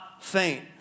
faint